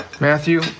Matthew